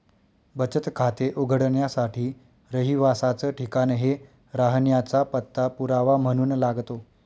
बचत खाते उघडण्यासाठी रहिवासाच ठिकाण हे राहण्याचा पत्ता पुरावा म्हणून लागतो